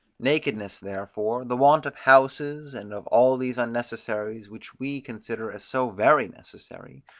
nakedness therefore, the want of houses, and of all these unnecessaries, which we consider as so very necessary,